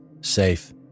Safe